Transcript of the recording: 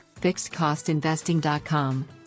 FixedCostInvesting.com